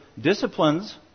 disciplines